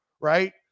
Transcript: right